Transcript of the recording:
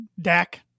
Dak